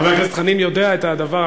חבר הכנסת חנין יודע את הדבר,